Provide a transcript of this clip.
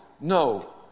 No